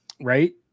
right